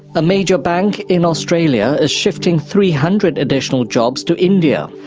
a major bank in australia is shifting three hundred additional jobs to india.